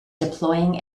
deploying